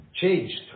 changed